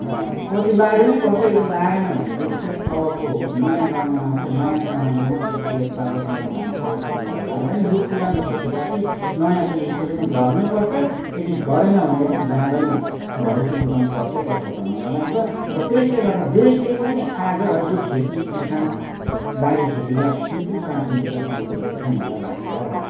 पछि लाग्नैपर्छ यदि लागेन भनेदेखि चाहिँ अबको नयाँ जमानामा चाहिँ नयाँ सामानले मात्रै चाहिँ पेट पालो जीवन धान्छ जस्तो चाहिँ मलाई लाग्दैन यो पुरानो खेतीपाती नयाँ पिढीकोले पनि गर्नैपर्छ यदि गरेन भनेदेखि जाँदैन भविष्य बिताउन चर्कै पर्छ जस्तो मलाई लाग्छ र त्यसले गर्दा देशले पनि आज यो खेतीकिसान बारीखेतीलाई निकै प्राथमिकता दिएको जस्तो चाहिँ मलाई लाग्छ